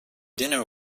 dinner